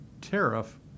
tariff